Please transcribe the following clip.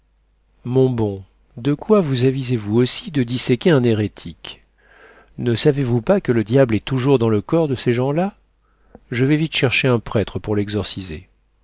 mon bon de quoi vous avisez vous aussi de disséquer un hérétique ne savez-vous pas que le diable est toujours dans le corps de ces gens-là je vais vite chercher un prêtre pour l'exorciser